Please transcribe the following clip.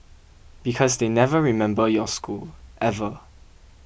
because they never remember your school ever